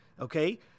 okay